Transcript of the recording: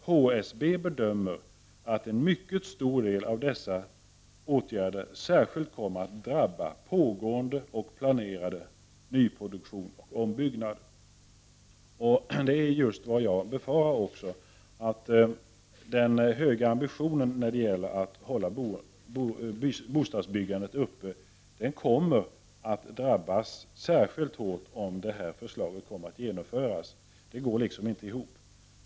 HSB bedömer att en mycket stor del av dessa åtgärder särskilt kommer att drabba pågående och planerad nyproduktion och ombyggnad.” Detta är just vad jag också befarar. Den höga ambitionen är ju att hålla bostadsbyggandet uppe, men det kommer att drabbas särskilt hårt om förslaget genomförs. Det går inte ihop.